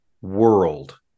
world